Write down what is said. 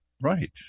Right